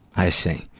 i see.